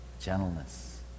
gentleness